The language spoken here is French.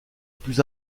plus